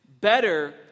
better